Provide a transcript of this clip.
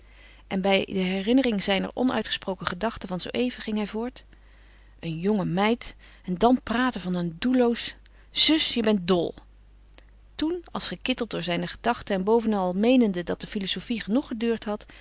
en bij de herinnering zijner onuitgesproken gedachte van zoo even ging hij voort een jonge meid en dan praten van een doelloos zus je bent dol toen als gekitteld door zijne gedachte en bovenal meenende dat de filozofie genoeg geduurd had